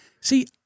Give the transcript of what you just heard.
See